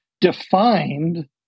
defined